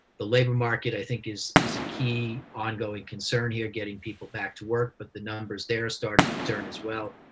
the labor market i think is is a key ongoing concern here, getting people back to work, but the numbers there are starting to turn as well.